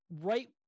right